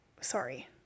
Sorry